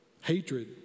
Hatred